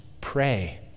pray